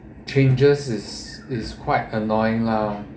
changes is is quite annoying lah